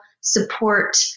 support